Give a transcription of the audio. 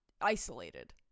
isolated